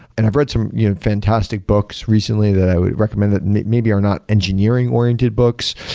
and i've read some you know fantastic books recently that i would recommend that maybe are not engineering-oriented books,